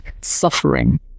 suffering